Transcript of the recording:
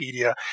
Wikipedia